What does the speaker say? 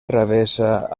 travessa